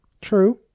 True